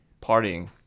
partying